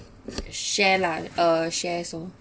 share lah uh share so